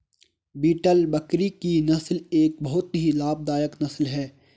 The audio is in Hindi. बीटल बकरी की नस्ल एक बहुत ही लाभदायक नस्ल है